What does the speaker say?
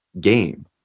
game